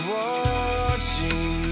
watching